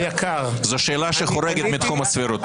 יוראי להב הרצנו היקר -- זו שאלה שחורגת מתחום הסבירות...